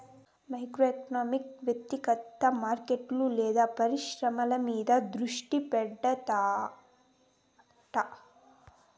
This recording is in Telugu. మైక్రో ఎకనామిక్స్ వ్యక్తిగత మార్కెట్లు లేదా పరిశ్రమల మీద దృష్టి పెడతాడట